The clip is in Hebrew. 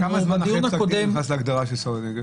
בדיון הקודם --- כמה זמן אחרי פסק דין הוא נכנס להגדרה של סרבני גט?